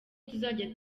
tuzajya